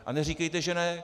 A neříkejte, že ne.